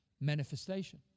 manifestation